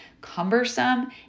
cumbersome